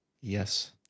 Yes